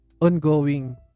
ongoing